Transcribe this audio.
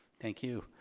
thank you.